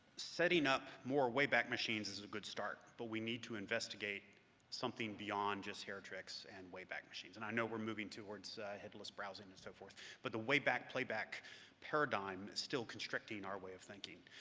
setting up more wayback machines is a good start, but we need to investigate something beyond just heritrix and wayback machines. and i know we're moving towards headless browsing and so forth, but the wayback playback paradigm is still constricting our way of thinking.